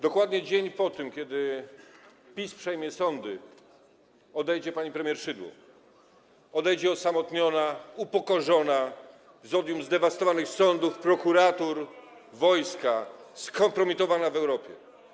Dokładnie dzień po tym, kiedy PiS przejmie sądy, odejdzie pani premier Szydło, odejdzie osamotniona, upokorzona, z odium zdewastowanych sądów, prokuratur, wojska, skompromitowana w Europie.